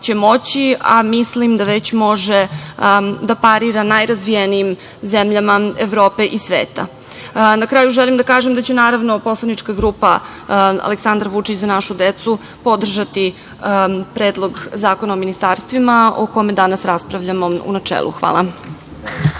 će moći, a mislim da već može da parira najrazvijenijim zemljama Evrope i sveta. Na kraju, želim da kažem da će naravno poslanička grupa Aleksandar Vučić – Za našu decu podržati Predlog zakona o ministarstvima o kome danas raspravljamo u načelu. Hvala.